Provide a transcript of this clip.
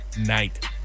night